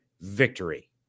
victory